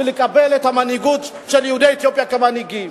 ולקבל את המנהיגות של יהודי אתיופיה כמנהיגים.